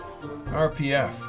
RPF